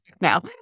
now